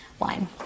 line